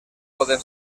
poden